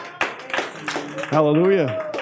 Hallelujah